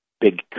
big